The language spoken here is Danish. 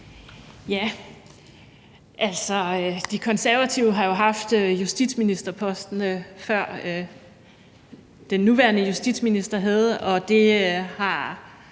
(SF): De Konservative har jo haft justitsministerposten, før den nuværende justitsminister havde den, og det har